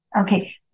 okay